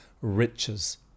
riches